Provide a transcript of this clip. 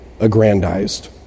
aggrandized